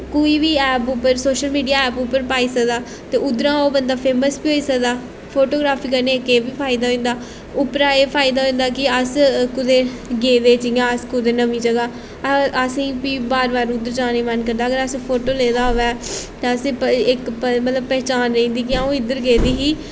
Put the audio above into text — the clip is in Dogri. कोई बी ऐप उप्पर सोशल माडिया ऐप उप्पर पाई सकदा ते उद्धरा ओह् बंदा फेमस बी होई सकदा फोटोग्राफ्री कन्नै इक एह् बी फायदा होई जंदा उप्परा एह् फायदा होई जंदा कि अस कुदै गेदे जियां अस कुदै नमीं जगह् असेंगी फ्ही बार बार उद्धर जाने गी मन करदा अगर असें फोटो लेदा होऐ ते असें इक मतलब पैह्चान रेही जंदी कि अ'ऊं इद्धर गेदी ही